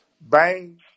bang